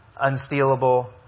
unstealable